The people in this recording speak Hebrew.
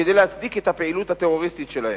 כדי להצדיק את הפעילות הטרוריסטית שלהם.